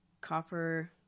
Copper